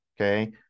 Okay